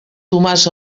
tomàs